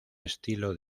estilo